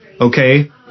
Okay